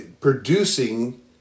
producing